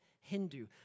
Hindu